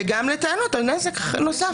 וגם לטענות על נזק נוסף.